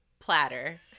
platter